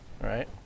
right